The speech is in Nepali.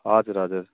हजुर हजुर